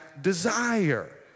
desire